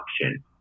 option